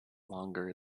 longer